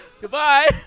Goodbye